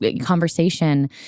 conversation